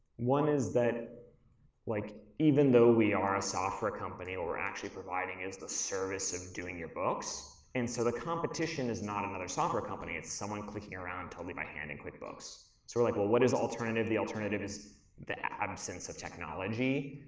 one is that like even though we are a software company, what we're actually providing is the service of doing your books. and so the competition is not another software company. it's someone clicking around totally by hand in quickbooks. so we're like, well, what is the alternative? the alternative is the absence of technology.